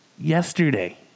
Yesterday